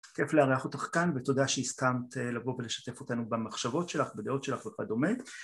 כיף לארח אותך כאן, ותודה שהסכמת לבוא ולשתף אותנו במחשבות שלך, בדעות שלך וכדומה,